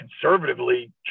conservatively